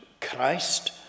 Christ